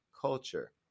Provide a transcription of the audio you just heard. culture